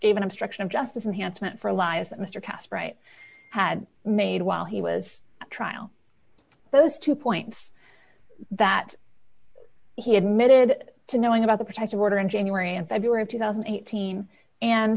even obstruction of justice enhanced meant for lies that mister castro had made while he was trial those two points that he admitted to knowing about the protective order in january and february of two thousand and eighteen